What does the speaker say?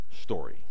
story